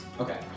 Okay